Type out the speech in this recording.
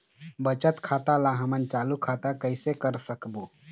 बचत खाता ला हमन चालू खाता कइसे कर सकबो?